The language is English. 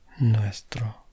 Nuestro